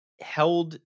held